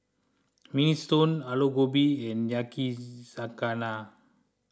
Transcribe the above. Minestrone Alu Gobi and Yakizakana